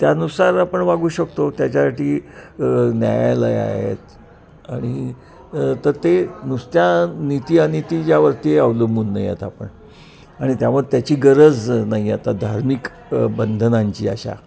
त्यानुसार आपण वागू शकतो त्याच्यासाठी न्यायालय आहे आणि तर ते नुसत्या नीती अनीती ज्यावरती अवलंबून नाही आहेत आता पण आणि त्यावर त्याची गरज नाही आता धार्मिक बंधनांची अशा